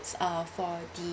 uh for the